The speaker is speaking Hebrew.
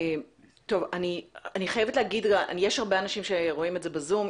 יש הרבה אנשים שרואים את זה ב-זום.